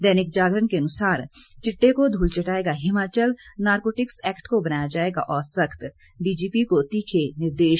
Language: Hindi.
दैनिक जागरण के अनुसार चिटटे को धूल चटाएगा हिमाचल नारकोटिक्स एक्ट को बनाया जाएगा और सख्त डीजीपी को तीखे निर्देश